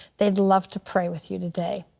they would love to pray with you today.